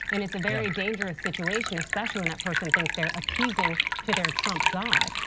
and it's a very dangerous situation, especially when that person thinks they're appeasing to their trump god.